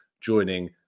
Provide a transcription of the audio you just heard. joining